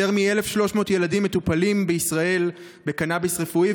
יותר מ-1,300 ילדים מטופלים בישראל בקנאביס רפואי,